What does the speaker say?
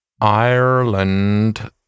Ireland